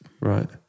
Right